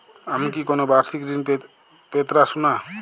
আমি কি কোন বাষিক ঋন পেতরাশুনা?